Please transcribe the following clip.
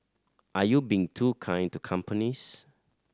are you being too kind to companies